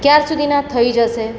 ક્યાર સુધીના થઈ જશે